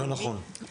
לא נכון.